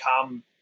come